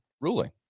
ruling